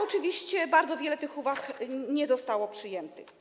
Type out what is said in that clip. Oczywiście bardzo wiele tych uwag nie zostało przyjętych.